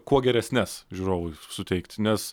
kuo geresnes žiūrovui suteikti nes